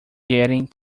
getting